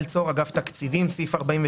חוזרים בשעה